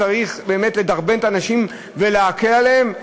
צריך באמת לדרבן את האנשים ולהקל עליהם?